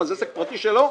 זה עסק פרטי שלו?